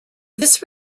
this